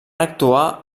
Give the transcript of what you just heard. actuar